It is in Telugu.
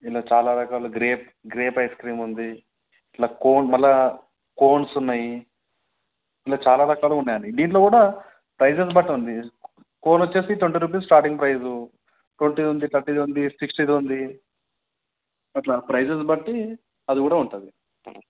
ఇలా చాలా రకాలు గ్రేప్ గ్రేప్స్ ఐస్ క్రీమ్ ఉంది ఇట్లా కోన్ మళ్ళా కోన్స్ ఉన్నాయి ఇట్ల చాలా రకాలుగా ఉన్నాయి అండి దీంట్లో కూడా ప్రైస్ను బట్టిఉంది కోన్ వచ్చి twenty rupees starting price twenty ఉంది థర్టీది ఉంది ఉంది సిక్స్టీది ఉంది అట్లా ప్రైసస్ బట్టిఅది కూడా ఉంటుంది